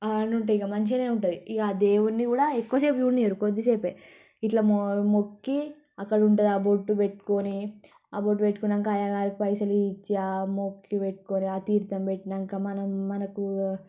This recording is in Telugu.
అవన్నీ ఉంటాయి ఇక మంచిగానే ఉంటుంది ఇక ఆ దేవున్ని కూడా ఎక్కువ సేపు చూడనీయరు కొద్దిసేపే ఇట్లా మొ మొక్కీ అక్కడ ఉంటుందా బొట్టు పెట్టుకొని ఆ బొట్టు పెట్టుకున్నాక అయ్యగారికి పైసలు ఇచ్చి ఆ మొక్కు పెట్టుకొని ఆ తీర్ధం పెట్టాక మనం మనకూ